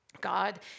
God